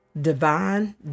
Divine